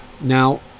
Now